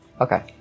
okay